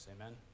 amen